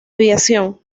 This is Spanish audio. aviación